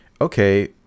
okay